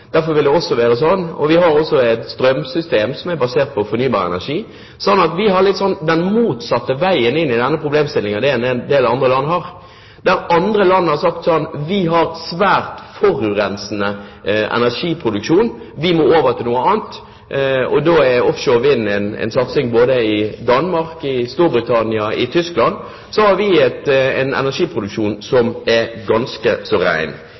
derfor vil det være slik at vi har den motsatte veien inn i denne problemstillingen enn det en del andre land har. Andre land sier: Vi har svært forurensende energiproduksjon, vi må over til noe annet – og da er offshorevind en satsing både i Danmark, i Storbritannia, i Tyskland. Vi har en energiproduksjon som er ganske så